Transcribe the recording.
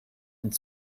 und